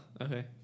okay